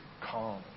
calm